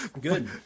Good